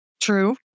true